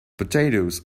potatoes